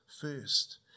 first